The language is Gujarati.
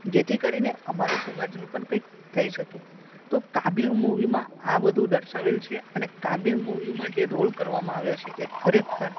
જેથી કરીને અમારા સમાજનું પણ કંઈક થઈ શકે તો કાબીલ મુવીમાં આ બધું દર્શાવેલ છે અને કાબીલ મુવીમાં જે રોલ કરવામાં આવેલ છે એ ખરેખર